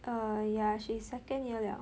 uh yeah she's second year 了